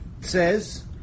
says